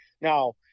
Now